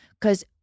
Because-